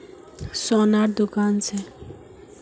मोक अपना सोनार गहनार पोर ऋण कुनियाँ से मिलवा सको हो?